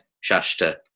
Shasta